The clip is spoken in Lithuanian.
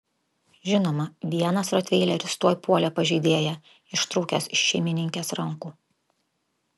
žinoma vienas rotveileris tuoj puolė pažeidėją ištrūkęs iš šeimininkės rankų